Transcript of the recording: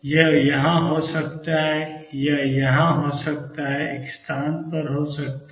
यह यहाँ हो सकता है यह यहाँ हो सकता है एक स्थान पर हो सकता है